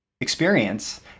experience